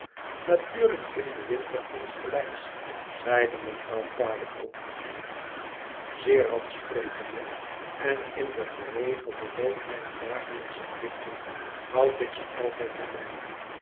natuurlijk in den winter insgelijks zeide mevrouw pardiggle zeer radspret eene voorbeeldige vrouw en moeder kende en in den geregelden loop mijner dagelijksche plichten houd ik ze altijd bij mij